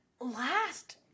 last